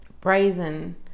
brazen